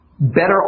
Better